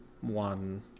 One